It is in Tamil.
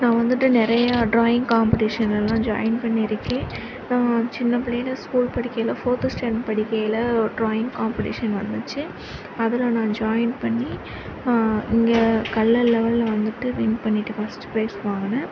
நான் வந்துவிட்டு நிறையா டிராயிங் காம்படிஷன்லலாம் ஜாயின் பண்ணியிருக்கேன் நான் சின்ன பிள்ளையில ஸ்கூல் படிக்கையில் ஃபோர்த்து ஸ்டேண்ட் படிக்கையில் டிராயிங் காம்படிஷன் நடந்துச்சு அதில் நான் ஜாயின் பண்ணி இங்கே கல்லல் லெவெலில் வந்துவிட்டு வின் பண்ணிவிட்டு ஃபர்ஸ்ட்டு பிரைஸ் வாங்கினேன்